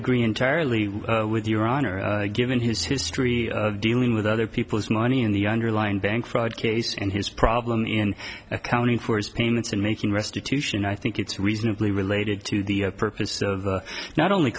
agree entirely with your honor given his history of dealing with other people's money in the underlying bank fraud case and his problem in accounting for his payments and making restitution i think it's reasonably related to the purpose of not only